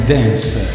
Dance